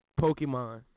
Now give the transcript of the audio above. Pokemon